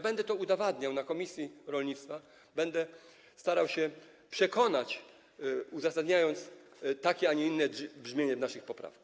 Będę to udowadniał w komisji rolnictwa, będę starał się państwa przekonać, uzasadniając takie, a nie inne brzmienie naszych poprawek.